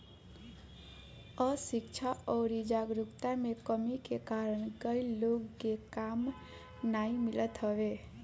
अशिक्षा अउरी जागरूकता में कमी के कारण कई लोग के काम नाइ मिलत हवे